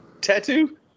Tattoo